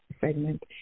segment